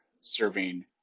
serving